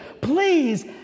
please